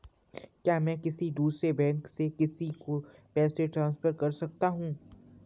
क्या मैं किसी दूसरे बैंक से किसी को पैसे ट्रांसफर कर सकता हूँ?